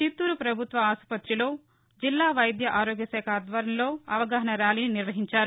చిత్తూరు పభుత్వ ఆసుపత్రిలో జిల్లా వైద్య ఆరోగ్య శాఖ ఆధ్వర్యంలో అవగాహనా ర్యాలీని నిర్వహించారు